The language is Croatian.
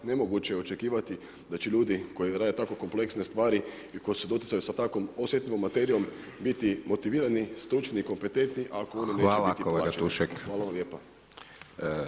Nemoguće je očekivati da će ljudi koji rade tako kompleksne stvari i koji su u doticaju sa takvom osjetljivom materijom biti motivirani, stručni i kompetentni ako ... [[Upadica Hajdaš Dončić: Hvala vam kolega Tušek.]] Hvala vam lijepa.